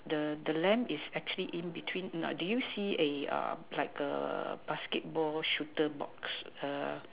the the length is actually in between do you see a a basketball shooter box